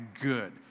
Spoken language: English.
good